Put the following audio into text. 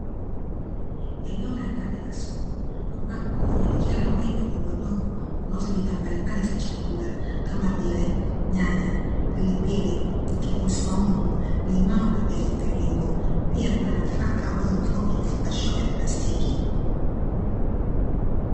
Eneo la ndani la soko, ambapo kuna wafanyabiashara wengi wadodgowadogo wanaouza bidhaa mbalimbali za chakula kama vile nyanya, pilipili, vitunguu swaumu, limao na viazi mviringo. Pia kuna nafaka ambazo zimefungwa kwenye vifungashio vya plastiki.